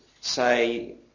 say